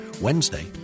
Wednesday